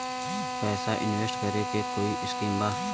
पैसा इंवेस्ट करे के कोई स्कीम बा?